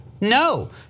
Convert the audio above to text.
No